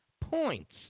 points